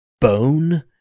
Bone